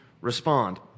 respond